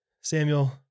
Samuel